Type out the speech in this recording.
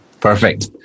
Perfect